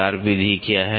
तार विधि क्या है